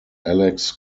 alex